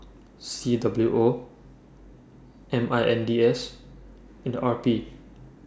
C W O M I N D S and R P